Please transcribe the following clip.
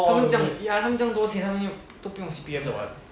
他们这样 ya 他们这样多钱他们又都不用 C_P_F 的 [what]